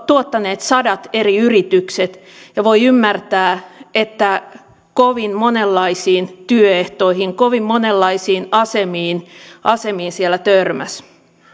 tuottaneet sadat eri yritykset ja voi ymmärtää että kovin monenlaisiin työehtoihin kovin monenlaisiin asemiin asemiin siellä törmäsi